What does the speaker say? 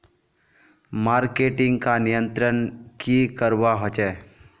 Marketing का नियंत्रण की करवा होचे?